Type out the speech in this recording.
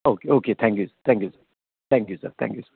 okay okay thank you sir thank you sir thank you sir thank you sir